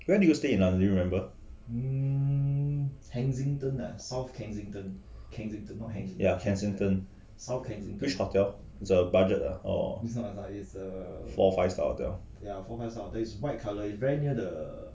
where do you stay in london you remember ya kensington which hotel is a budget ah or four five star hotel